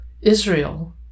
Israel